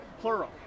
Plural